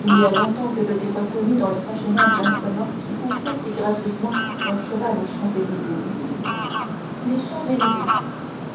il y a longtemps que je t'ai reconnu dans le fashionable insolent qui poussait si gracieusement un cheval aux champs-élysées les champs-élysées